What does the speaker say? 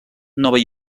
nova